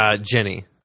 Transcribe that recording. Jenny